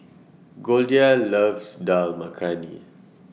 Goldia loves Dal Makhani